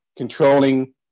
controlling